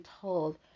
told